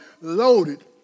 loaded